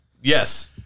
Yes